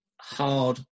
hard